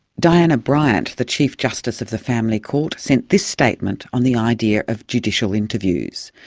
diana bryant the chief justice of the family court sent this statement on the idea of judicial interviews.